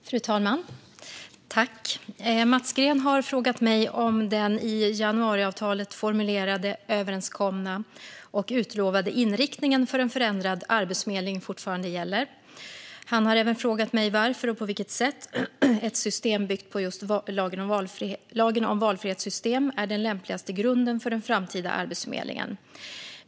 Fru talman! Mats Green har frågat mig huruvida den i januariavtalet formulerade, överenskomna och utlovade inriktningen för en förändrad arbetsförmedling fortfarande gäller. Han har även frågat mig varför och på vilket sätt ett system byggt på just lagen om valfrihetssystem är den lämpligaste grunden för den framtida Arbetsförmedlingen.